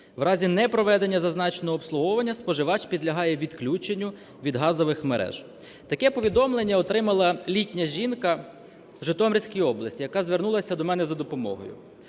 В разі непроведення зазначеного обслуговування споживач підлягає відключенню від газових мереж. Таке повідомлення отримала літня жінка в Житомирської області, яка звернулася до мене за допомогою.